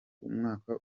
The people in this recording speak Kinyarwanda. umwaka